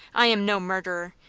i am no murderer!